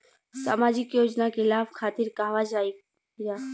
सामाजिक योजना के लाभ खातिर कहवा जाई जा?